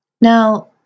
now